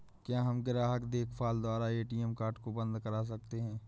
क्या हम ग्राहक देखभाल द्वारा ए.टी.एम कार्ड को बंद करा सकते हैं?